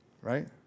right